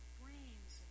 brains